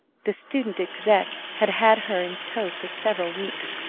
the student exec had had her in tow for several weeks,